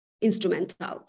instrumental